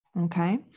Okay